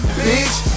bitch